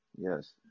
Yes